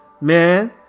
man